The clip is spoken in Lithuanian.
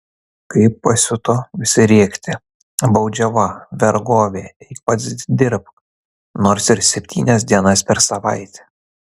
kai pasiuto visi rėkti baudžiava vergovė eik pats dirbk nors ir septynias dienas per savaitę